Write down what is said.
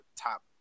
top